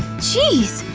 geez!